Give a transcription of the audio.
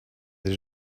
that